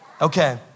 Okay